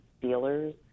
dealers